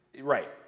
Right